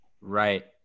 Right